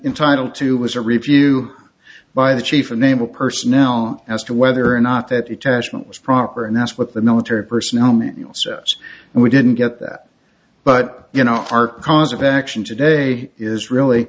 entitle to was a review by the chief of naval personnel as to whether or not that it was proper and that's what the military personnel manuals and we didn't get that but you know our cause of action today is really